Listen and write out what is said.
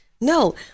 No